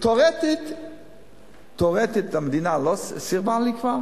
תיאורטית המדינה סירבה כבר,